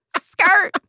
skirt